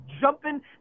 jumping